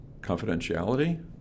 confidentiality